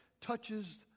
touches